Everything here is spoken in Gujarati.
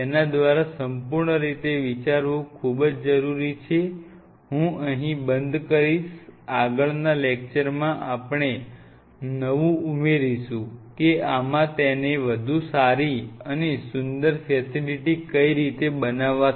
તેના દ્વારા સંપૂર્ણ રીતે વિચારવું ખૂબ જ જરૂરી છે હું અહીં બંધ કરીશ આગળના લેક્ચરમાં આપણે ન વું ઉમેરીશું કે આમાં તેને વધુ સારી અને સુંદર ફેસિલિટી ક ઈ રીતે બનાવશે